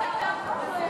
הוצאות מינהל מקרקעי